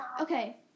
Okay